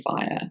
fire